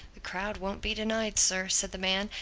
the crowd won't be denied, sir, said the man.